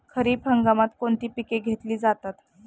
खरीप हंगामात कोणती पिके घेतली जातात?